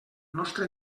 nostre